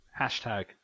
Hashtag